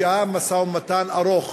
היה משא-ומתן ארוך